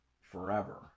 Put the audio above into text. forever